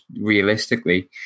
realistically